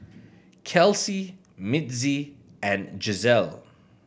Kelsie Mitzi and Giselle